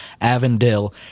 Avondale